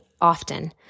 often